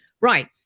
Right